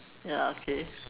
ya okay